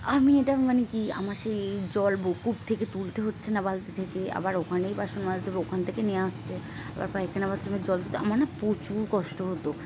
আমি এটা মানে কি আমার সেই জল ব কূপ থেকে তুলতে হচ্ছে না বালতি থেকে আবার ওখানেই বাসন মাজতে হবে ওখান থেকেই নিয়ে আসতে আবার পায়খানা বাথরুমের জল তুলতে আমার না প্রচুর কষ্ট হতো